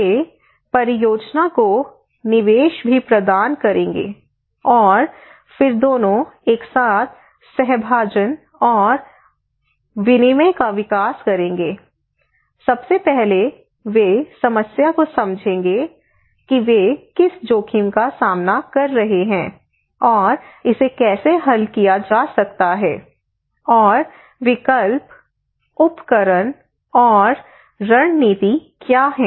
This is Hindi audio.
वे परियोजना को निवेश भी प्रदान करेंगे और फिर दोनों एक साथ सहभाजन और विनिमय का विकास करेंगे सबसे पहले वे समस्या को समझेंगे कि वे किस जोखिम का सामना कर रहे हैं और इसे कैसे हल किया जा सकता है और विकल्प उपकरण और रणनीति क्या हैं